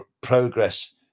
progress